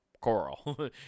coral